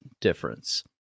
difference